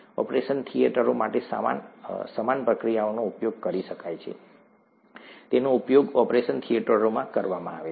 operation થિયેટરો માટે સમાન પ્રક્રિયાનો ઉપયોગ કરી શકાય છે તેનો ઉપયોગ ઓપરેશન થિયેટરો માટે કરવામાં આવ્યો છે